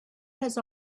has